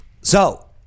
So-